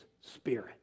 Spirit